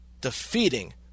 defeating